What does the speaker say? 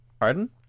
pardon